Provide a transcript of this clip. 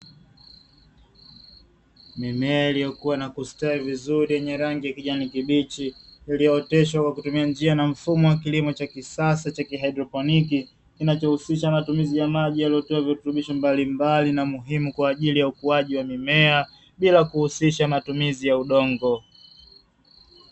Mimea iliyokuwa inakustawi vizuri yenye rangi ya kijani kibichi, iliyooteshwa kwa kutumia njia na mfumo wa kilimo cha kisasa cha kihaidropoiki kinachohusisha matumizi ya maji yaliyotoa virutubisho mbalimbali na muhimu kwa ajili ya ukuaji wa mimea, bila kuhusisha matumizi ya udongo.